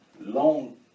long